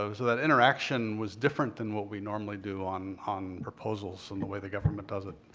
um so that interaction was different than what we normally do on on proposals and the way the government does it.